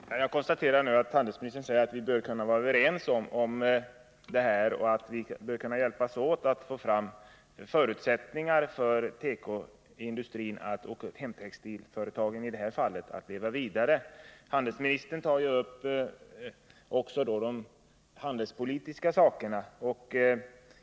Fru talman! Jag konstaterar nu att handelsministern säger att vi bör kunna vara överens om att hjälpas åt för att åstadkomma förutsättningar för tekoindustrin — hemtextilföretagen i det här fallet — att leva vidare. Handelsministern tar också upp de handelspolitiska möjligheterna.